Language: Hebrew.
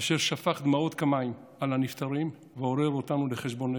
אשר שפך דמעות כמים על הנפטרים ועורר אותנו לחשבון נפש.